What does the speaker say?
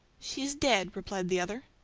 she is dead, replied the other.